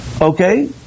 Okay